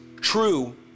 true